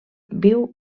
viu